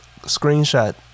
Screenshot